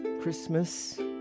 Christmas